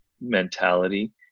mentality